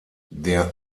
der